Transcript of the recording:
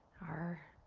our